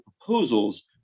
proposals